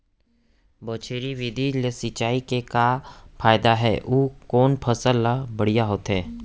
बौछारी विधि ले सिंचाई के का फायदा हे अऊ कोन फसल बर बढ़िया होथे?